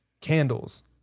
candles